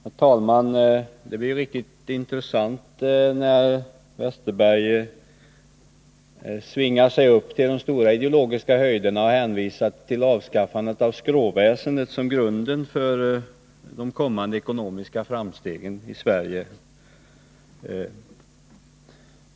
Herr talman! Det blir riktigt intressant när Per Westerberg svingar sig upp till de stora ideologiska höjderna och hänvisar till avskaffandet av skråväsendet som grund till de kommande ekonomiska framstegen i Sverige.